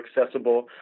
accessible